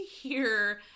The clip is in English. hear